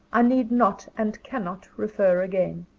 i need not and cannot refer again.